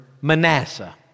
Manasseh